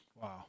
Wow